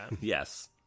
yes